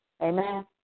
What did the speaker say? Amen